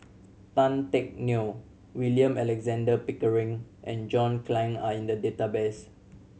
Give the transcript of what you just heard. Tan Teck Neo William Alexander Pickering and John Clang are in the database